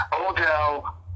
Odell